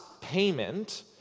payment